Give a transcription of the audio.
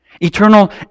Eternal